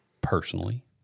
personally